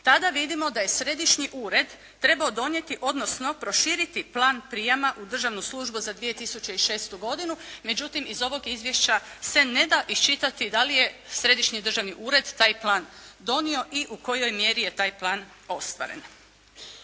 tada vidimo da je Središnji ured treba donijeti odnosno proširiti plan prijema u državnu službu za 2006. godinu. Međutim iz ovog izvješća se ne da iščitati da li je Središnji državni ured taj plan donio i u kojoj mjeri je taj plan ostvaren.